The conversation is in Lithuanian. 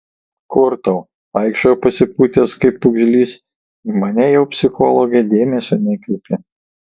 kur tau vaikščiojo pasipūtęs kaip pūgžlys į mane jau psichologę dėmesio nekreipė